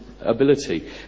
ability